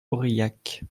aurillac